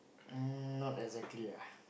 um not exactly ah